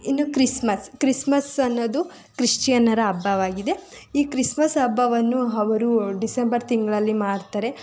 ಇನ್ನೂ Christmas Christmas ಅನ್ನೋದು ಕ್ರಿಶ್ಚಿಯನ್ನರ ಹಬ್ಬವಾಗಿದೆ ಈ ಕ್ರಿಸ್ಮಸ್ ಹಬ್ಬವನ್ನು ಅವರು ಡಿಸೆಂಬರ್ ತಿಂಗಳಲ್ಲಿ ಮಾಡ್ತಾರೆ